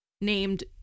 named